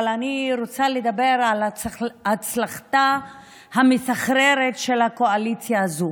אבל אני רוצה לדבר על הצלחתה המסחררת של הקואליציה הזאת.